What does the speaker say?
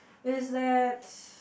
is that